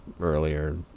earlier